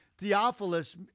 Theophilus